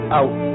out